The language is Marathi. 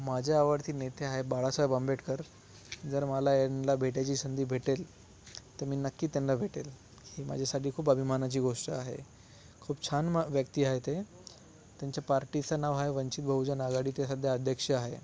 माझे आवडती नेते आहे बाळासाहेब आंबेडकर जर मला यांना भेटायची संधी भेटेल तर मी नक्की त्यांना भेटेल ही माझ्यासाठी खूप अभिमानाची गोष्ट आहे खूप छान म व्यक्ती आहे ते त्यांच्या पार्टीचं नाव आहे वंचित बहुजन आघाडी ते सध्या अध्यक्ष आहे